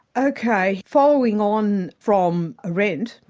ok, following on from arendt,